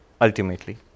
ultimately